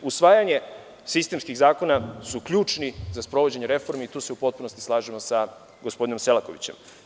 Usvajanje sistemskih zakona je ključno za sprovođenje reformi i tu se u potpunosti slažem sa gospodinom Selakovićem.